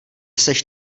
seš